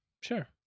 sure